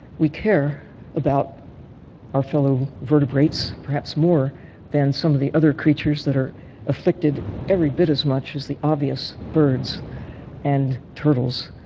we can about our fellow vertebrates, perhaps more than some of the other creatures that are afflicted every bit as much as the obvious birds and turtles,